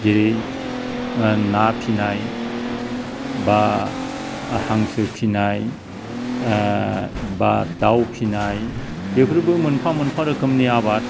जेरै ना फिसिनाय बा हांसो फिसिनाय बा दाव फिनाय बेफोरबो मोनफा मोनफा रोखोमनि आबाद